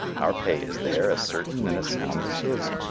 our pay is there as certain and as sound as his.